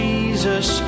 Jesus